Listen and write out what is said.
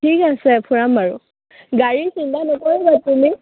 ঠিক আছে ফুৰাম বাৰু গাড়ীৰ চিন্তা নকৰিবা তুমি